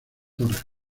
dra